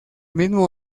mismo